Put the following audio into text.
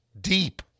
deep